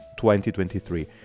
2023